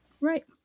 Right